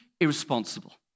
irresponsible